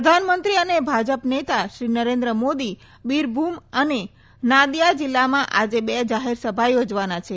પ્રધાનમંત્રી અને ભાજપ નેતા શ્રીનરેન્દ્ર મોદી બિરભૂમ અને નાદીયા જિલ્લામાં આજે બે જાહેરસભા યોજવાના છે